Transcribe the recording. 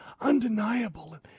undeniable